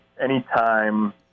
anytime